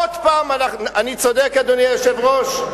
עוד פעם, אני צודק, אדוני היושב-ראש?